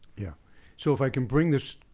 yeah so if i can bring this,